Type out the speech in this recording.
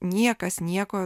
niekas nieko